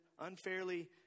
unfairly